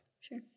Sure